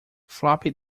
floppy